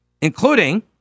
including